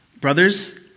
brothers